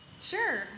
Sure